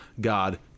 God